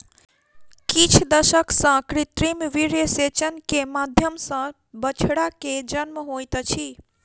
किछ दशक सॅ कृत्रिम वीर्यसेचन के माध्यम सॅ बछड़ा के जन्म होइत अछि